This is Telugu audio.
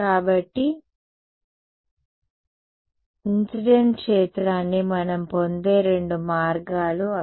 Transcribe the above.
కాబట్టి ఇన్సిడెంట్ క్షేత్రాన్ని మనం పొందే రెండు మార్గాలు అవి